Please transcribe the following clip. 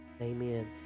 Amen